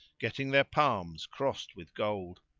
getting their palms crossed with gold.